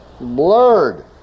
blurred